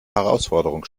herausforderung